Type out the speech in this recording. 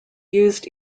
used